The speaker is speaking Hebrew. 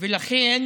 ולכן